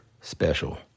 special